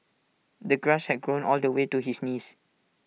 the grass had grown all the way to his knees